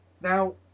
Now